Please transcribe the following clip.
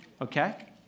okay